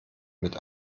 mit